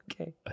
Okay